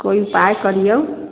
कोइ उपाय करियौ